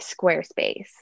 Squarespace